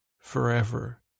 forever